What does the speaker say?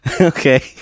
Okay